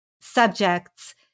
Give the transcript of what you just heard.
subjects